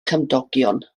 cymdogion